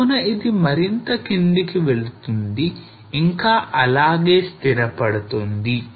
కావున ఇది మరింత కిందికి వెళుతుంది ఇంకా అలాగే స్థిరపడుతుంది